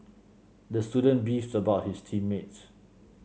the student beefed about his team mates